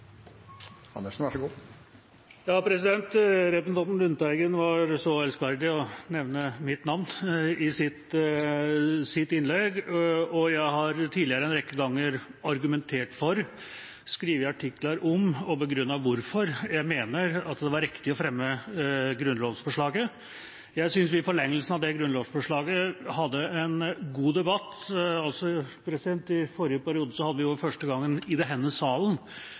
Representanten Lundteigen var så elskverdig å nevne mitt navn i sitt innlegg, og jeg har tidligere en rekke ganger argumentert for, skrevet artikler om og begrunnet hvorfor jeg mener det var riktig å fremme grunnlovsforslaget. Jeg synes vi i forlengelsen av det grunnlovsforslaget hadde en god debatt. I forrige periode hadde vi for første gang i denne salen